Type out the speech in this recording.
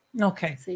okay